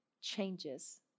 changes